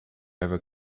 ever